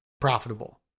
profitable